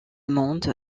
monde